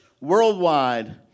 worldwide